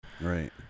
right